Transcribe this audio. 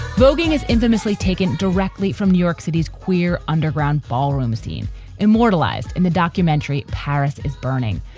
bogeying is infamously taken directly from new york city's queer underground ballroom scene immortalized in the documentary paris is burning.